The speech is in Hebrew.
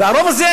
ועל הרוב הזה,